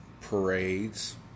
parades